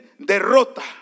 derrota